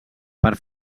per